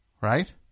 right